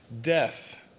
death